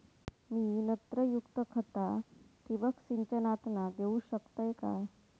मी नत्रयुक्त खता ठिबक सिंचनातना देऊ शकतय काय?